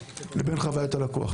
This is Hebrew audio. ובין חוויית הלקוח.